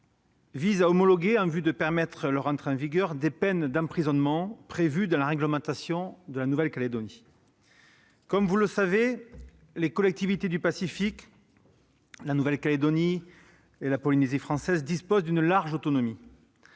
vise à homologuer, en vue de permettre leur entrée en vigueur, des peines d'emprisonnement prévues dans la réglementation de la Nouvelle-Calédonie. Comme vous le savez, les collectivités du Pacifique, la Nouvelle-Calédonie et la Polynésie française, disposent d'une large autonomie,